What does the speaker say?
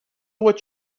what